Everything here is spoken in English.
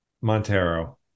Montero